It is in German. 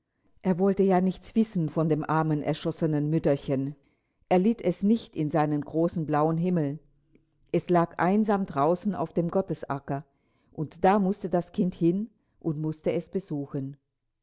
er wollte ja nichts wissen von dem armen erschossenen mütterchen er litt es nicht in seinem großen blauen himmel es lag einsam draußen auf dem gottesacker und da mußte das kind hin und mußte es besuchen